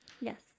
yes